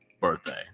birthday